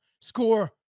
score